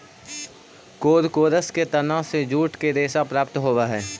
कोरकोरस के तना से जूट के रेशा प्राप्त होवऽ हई